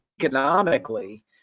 economically